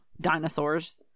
dinosaurs